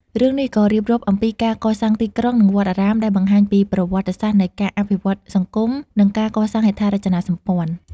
រឿងនេះក៏រៀបរាប់អំពីការកសាងទីក្រុង និងវត្តអារាម ដែលបង្ហាញពីប្រវត្តិសាស្រ្តនៃការអភិវឌ្ឍន៍សង្គម និងការកសាងហេដ្ឋារចនាសម្ព័ន្ធ ។